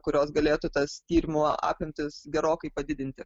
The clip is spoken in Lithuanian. kurios galėtų tas tyrimų apimtis gerokai padidinti